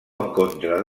encontre